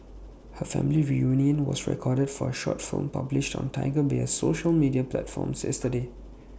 her family reunion was recorded for A short film published on Tiger Beer's social media platforms yesterday